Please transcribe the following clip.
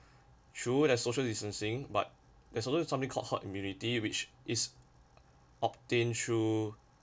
true there's social distancing but there's always something herd immunity which is obtained through